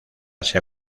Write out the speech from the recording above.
sea